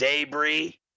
debris